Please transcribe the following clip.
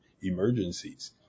emergencies